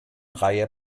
reihe